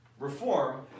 Reform